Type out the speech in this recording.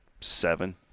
seven